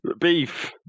Beef